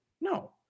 no